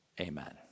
Amen